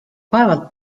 vaevalt